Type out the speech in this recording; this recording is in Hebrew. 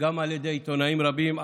גם על ידי עיתונאים רבים,